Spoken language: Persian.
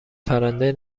پرنده